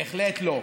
בהחלט לא.